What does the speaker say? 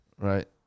Right